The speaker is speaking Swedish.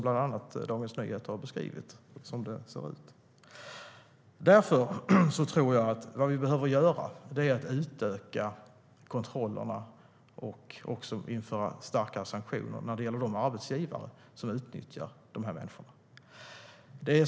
Bland annat Dagens Nyheter har beskrivit hur det ser ut. Därför behöver vi utöka kontrollerna och införa starkare sanktioner när det gäller arbetsgivare som utnyttjar de här människorna.